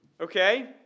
Okay